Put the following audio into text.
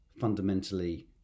fundamentally